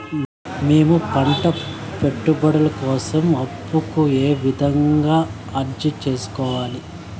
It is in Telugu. మేము పంట పెట్టుబడుల కోసం అప్పు కు ఏ విధంగా అర్జీ సేసుకోవాలి?